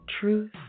truth